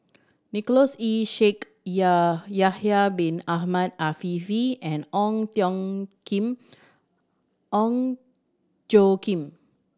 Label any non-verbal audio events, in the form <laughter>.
Nicholas Ee Shaikh Ya Yahya Bin Ahmed Afifi and Ong <unintelligible> Kim Ong Tjoe Kim